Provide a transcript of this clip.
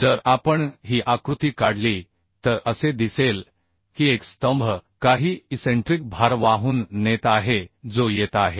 जर आपण ही आकृती काढली तर असे दिसेल की एक स्तंभ काही इसेंट्रिक भार वाहून नेत आहे जो येत आहे